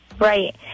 Right